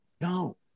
no